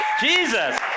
Jesus